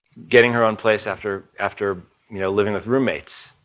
getting her own place after after you know living with roommates,